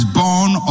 born